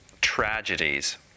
tragedies